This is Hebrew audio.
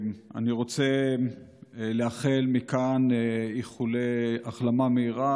אני רוצה לאחל מכאן איחולי החלמה מהירה